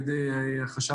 הם יעשו את כל החקירות,